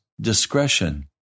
Discretion